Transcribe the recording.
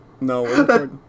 No